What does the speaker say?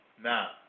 Now